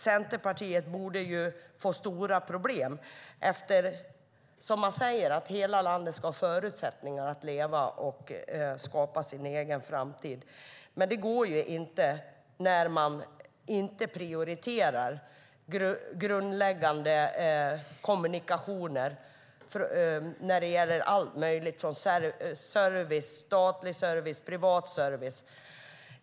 Centerpartiet borde få stora problem eftersom man säger att hela landet ska ha förutsättningar att leva och skapa sin egen framtid. Det går ju inte när man inte prioriterar grundläggande kommunikationer när det gäller allt möjligt från statlig service till privat service.